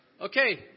Okay